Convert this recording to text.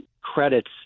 credits